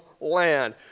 land